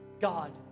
God